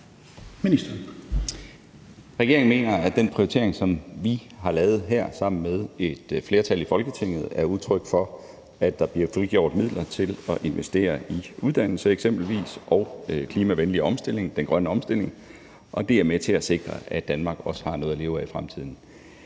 Regeringen mener, at den prioritering, som vi har lavet her sammen med et flertal i Folketinget, er udtryk for, at der bliver frigjort midler til at investere i eksempelvis uddannelse og klimavenlig omstilling, den grønne omstilling, og det er med til at sikre, at Danmark også har noget at leve af i fremtiden.